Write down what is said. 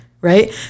Right